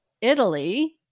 Italy